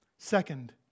Second